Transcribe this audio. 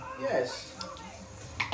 Yes